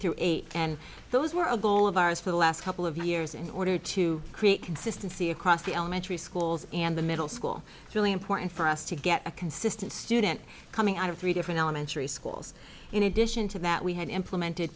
through eight and those were a goal of ours for the last couple of years in order to create consistency across the elementary schools and the middle school really important for us to get a consistent student coming out of three different elementary schools in addition to that we had implemented